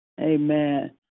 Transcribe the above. Amen